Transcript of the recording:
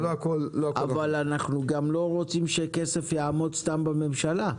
אבל אנחנו גם לא רוצים שכסף יעמוד סתם בממשלה.